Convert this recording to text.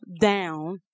down